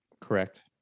Correct